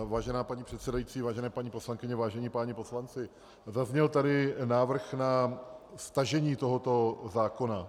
Vážená paní předsedající, vážené paní poslankyně, vážení páni poslanci, zazněl tady návrh na stažení tohoto zákona.